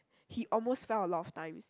he almost fell a lot of times